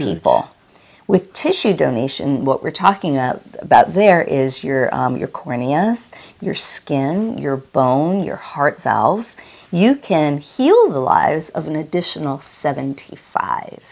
people with tissue donation what we're talking about there is your your cornea your skin your bone your heart valves you can heal the lives of an additional seventy five